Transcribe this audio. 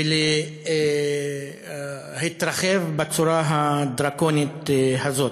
ולהתרחב בצורה הדרקונית הזאת.